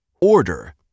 Order